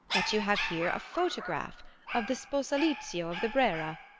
that you have here a photograph of the sposalizio of the brera.